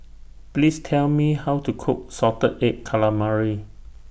Please Tell Me How to Cook Salted Egg Calamari